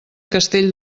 castell